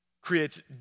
creates